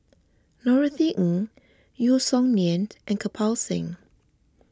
Norothy Ng Yeo Song Nian and Kirpal Singh